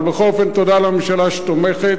אבל בכל אופן, תודה לממשלה שתומכת.